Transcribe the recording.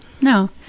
no